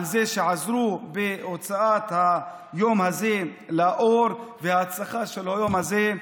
על כך שעזרו בהוצאת היום הזה לאור ובהצלחה של היום הזה.